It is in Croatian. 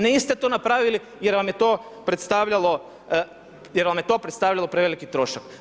Niste to napravili jer vam je to predstavljalo, jer vam je to predstavljalo preveliki trošak.